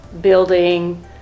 building